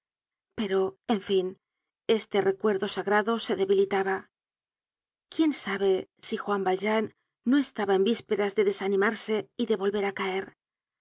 pero en fin este recuerdo sagrado se debilitaba quién sabe si juan valjean no estaba en vísperas de desanimarse y de volver á caer